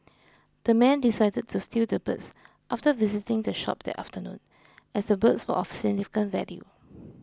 the men decided to steal the birds after visiting the shop that afternoon as the birds were of significant value